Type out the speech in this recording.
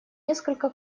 несколько